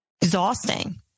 exhausting